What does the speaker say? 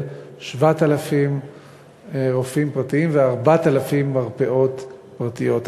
7,000 רופאים פרטיים ו-4,000 מרפאות פרטיות.